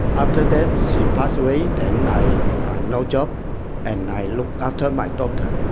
after that she pass away, then i no job and i look after my daughter.